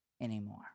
anymore